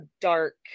dark